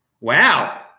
wow